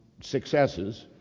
successes